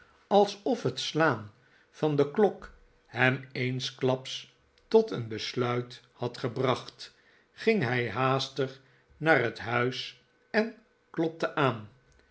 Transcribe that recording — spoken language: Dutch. alsof het slaan van de klok hem eensklaps tot een besluit had gebracht ging hij haastig naar het huis en klopte aan